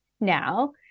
now